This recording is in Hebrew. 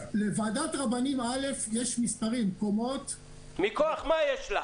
לוועדת רבנים א' יש קומות של מספרים -- מכוח מה יש לה?